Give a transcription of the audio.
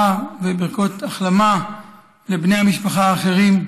וברכות החלמה לבני המשפחה האחרים,